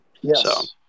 Yes